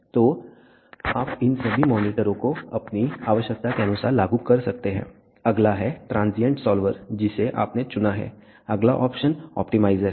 तो आप इन सभी मॉनिटरों को अपनी आवश्यकता के अनुसार लागू कर सकते हैं अगला है ट्रांजियंट सॉल्वर जिसे आपने चुना है अगला ऑप्शन ऑप्टिमाइज़र है